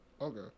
Okay